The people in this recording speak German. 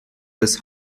des